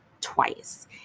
twice